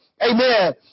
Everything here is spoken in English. Amen